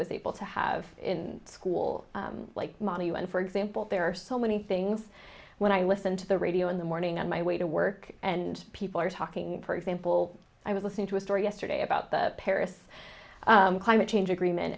was able to have in school like money when for example there are so many things when i listen to the radio in the morning on my way to work and people are talking for example i was listening to a story yesterday about the paris climate change agreement